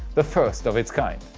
the first of its kind.